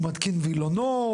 הוא מתקין ווילונות,